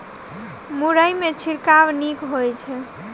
मुरई मे छिड़काव नीक होइ छै?